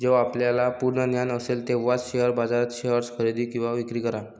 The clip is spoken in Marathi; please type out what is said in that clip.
जेव्हा आपल्याला पूर्ण ज्ञान असेल तेव्हाच शेअर बाजारात शेअर्स खरेदी किंवा विक्री करा